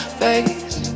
face